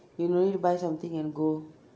you no need buy something and go